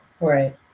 Right